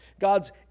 God's